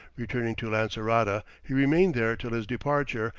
returning to lancerota, he remained there till his departure,